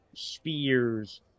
Spears